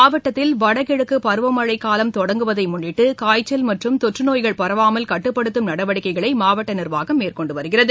மாவட்டத்தில் வடகிழக்குபருவமழைகாலம் தொடங்குவதைமுன்னிட்டு காய்ச்சல் மற்றம் தொற்ற்நோய்கள் பரவாமல் கட்டுப்படுத்தும் வகையில் நடவடிக்கைகளைமாவட்டநிர்வாகம் மேற்கொண்டுவருகிறது